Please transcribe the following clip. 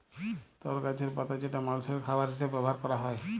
তর গাছের পাতা যেটা মালষের খাবার হিসেবে ব্যবহার ক্যরা হ্যয়